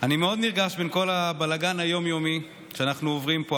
אני מאוד נרגש שבכל הבלגן היום-יומי שאנחנו עוברים פה,